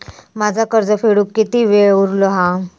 माझा कर्ज फेडुक किती वेळ उरलो हा?